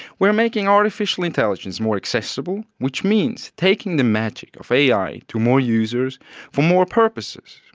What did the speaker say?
we are making artificial intelligence more accessible, which means taking the magic of ai to more users for more purposes.